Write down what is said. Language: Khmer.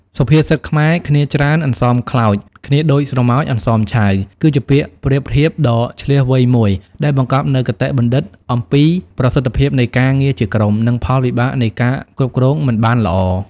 សុភាសិតខ្មែរ «គ្នាច្រើនអន្សមខ្លោច គ្នាដូចស្រមោចអន្សមឆៅ» គឺជាពាក្យប្រៀបធៀបដ៏ឈ្លាសវៃមួយ ដែលបង្កប់នូវគតិបណ្ឌិតអំពី ប្រសិទ្ធភាពនៃការងារជាក្រុម និង ផលវិបាកនៃការគ្រប់គ្រងមិនបានល្អ។